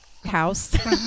house